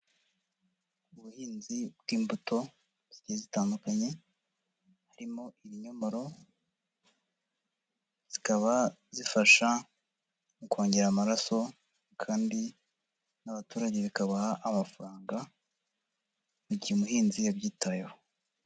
Ubuhinzi bw'imbuto zigiye zitandukanye harimo ibinyomoro, zikaba zifasha mu kongera amaraso kandi n'abaturage bikabaha amafaranga mu gihe umuhinzi yabyitayeho.